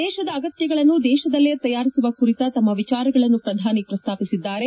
ದೇಶದ ಅಗತ್ಯಗಳನ್ನು ದೇಶದಲ್ಲೇ ತಯಾರಿಸುವ ಕುರಿತ ತಮ್ಮ ವಿಚಾರಗಳನ್ನು ಪ್ರಧಾನಿ ಪ್ರಸ್ತಾಪಿಸಿದ್ದಾರೆ